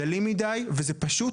וזה פשוט